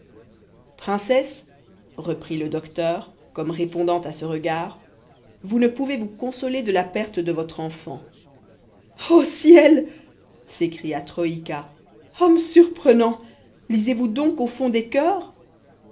princesse reprit le docteur comme répondant à ce regard vous ne pouvez vous consoler de la perte de votre enfant ô ciel s'écria troïka homme surprenant lisez-vous donc au fond des coeurs